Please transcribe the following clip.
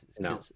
No